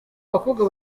abakobwa